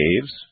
caves